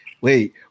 Wait